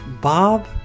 Bob